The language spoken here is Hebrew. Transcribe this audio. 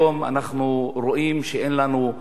כיום אנחנו רואים שאין לנו,